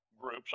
groups